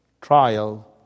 trial